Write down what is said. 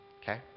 Okay